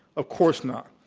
of course not.